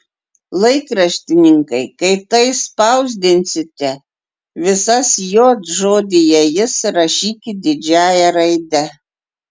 laikraštininkai kai tai spausdinsite visas j žodyje jis rašykit didžiąja raide